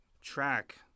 track